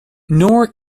nor